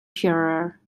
shearer